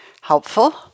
helpful